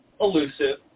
elusive